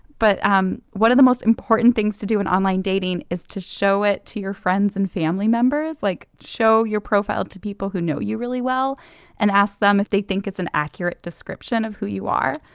but um one of the most important things to do in online dating is to show it to your friends and family members like show your profile to people who know you really well and ask them if they think it's an accurate description of who you are.